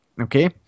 okay